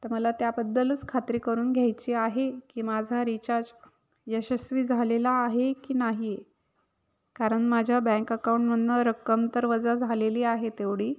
तर मला त्याबद्दलच खात्री करून घ्यायची आहे की माझा रिचार्ज यशस्वी झालेला आहे की नाही कारण माझ्या बँक अकाउंटमधून रक्कम तर वजा झालेली आहे तेवढी